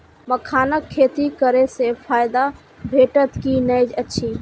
मखानक खेती करे स फायदा भेटत की नै अछि?